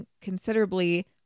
considerably